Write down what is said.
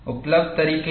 उपलब्ध तरीके हैं